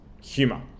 humor